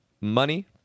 money